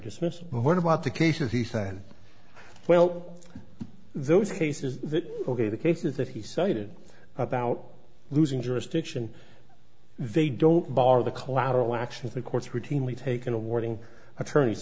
dismissal what about the cases he said well those cases that the cases that he cited about losing jurisdiction they don't bar the collateral actions the courts routinely taken awarding attorney